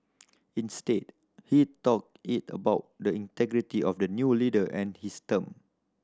instead he talk is about the integrity of the new leader and his term